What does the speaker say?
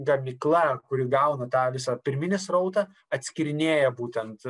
gamykla kuri gauna tą visą pirminį srautą atskyrinėja būtent